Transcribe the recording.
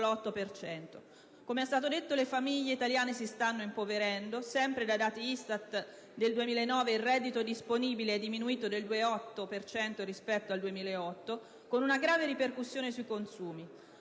Com'è stato detto, le famiglie italiane si stanno impoverendo. Sempre dai dati ISTAT del 2009 si rileva che il reddito disponibile è diminuito del 2,8 per cento rispetto al 2008, con una grave ripercussione sui consumi.